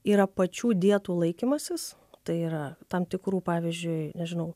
yra pačių dietų laikymasis tai yra tam tikrų pavyzdžiui nežinau